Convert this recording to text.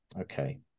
okay